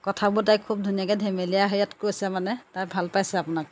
কথা বতাই খুব ধুনীয়াকৈ ধেমেলীয়া হেৰিয়ত কৈছে মানে তাই ভাল পাইছে আপোনাক